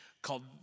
Called